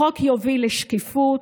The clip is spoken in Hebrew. החוק יוביל לשקיפות,